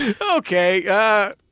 Okay